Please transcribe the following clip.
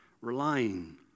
relying